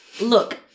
look